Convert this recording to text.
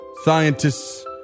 scientists